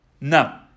No